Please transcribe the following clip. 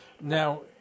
Now